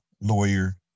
lawyer